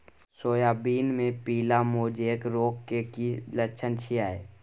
Soybean मे पीली mosaic रोग के की लक्षण छीये?